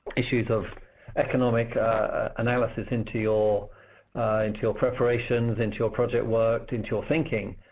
issues of economic analysis into your into your preparations, into your project work, into your thinking,